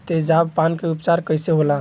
तेजाब पान के उपचार कईसे होला?